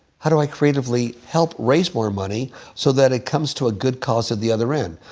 how do i creatively help raise more money so that it comes to a good cause at the other end?